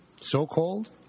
so-called